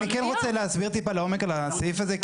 אני כן רוצה להסביר טיפה לעומק על הסעיף הזה,